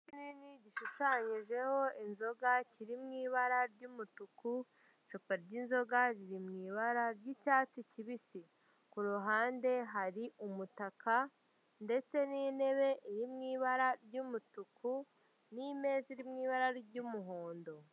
Kinini ishushanyijeho inzoga kiri mu ibara ry'umutuku icupa ry'inzoga riri mu ibara ry'icyatsi kibisi, ku ruhande hari umutaka ndetse n'intebe iri mu ibara ry'umutuku, n'imeza iri mu ibara ry'umuhondo.